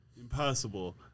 Impossible